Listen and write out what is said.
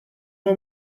moi